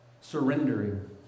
surrendering